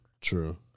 True